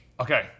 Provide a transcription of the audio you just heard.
Okay